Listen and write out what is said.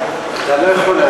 אתה לא יכול להצביע,